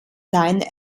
line